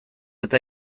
eta